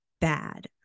bad